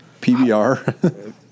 pbr